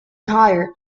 tire